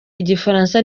igifaransa